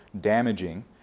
damaging